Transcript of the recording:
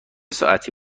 ساعتی